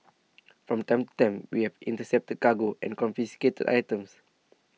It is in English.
from time to time we have intercepted cargo and confiscated items